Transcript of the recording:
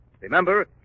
Remember